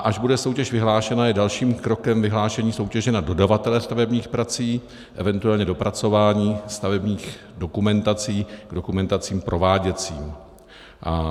Až bude soutěž vyhlášena, je dalším krokem vyhlášení soutěže na dodavatele stavebních prací, eventuálně dopracování stavebních dokumentací k dokumentacím prováděcím.